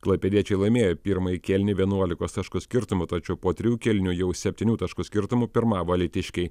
klaipėdiečiai laimėjo pirmąjį kėlinį vienuolikos taškų skirtumu tačiau po trijų kėlinių jau septynių taškų skirtumu pirmavo alytiškiai